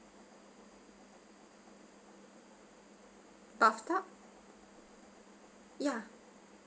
bathtub yeah